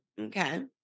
okay